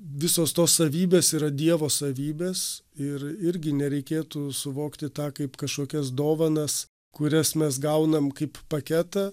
visos tos savybės yra dievo savybės ir irgi nereikėtų suvokti tą kaip kažkokias dovanas kurias mes gaunam kaip paketą